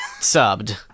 subbed